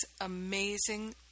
amazing